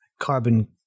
carbon